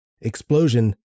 explosion